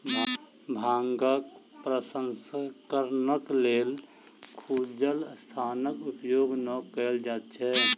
भांगक प्रसंस्करणक लेल खुजल स्थानक उपयोग नै कयल जाइत छै